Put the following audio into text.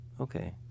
okay